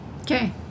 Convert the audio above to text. Okay